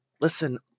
listen